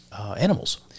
animals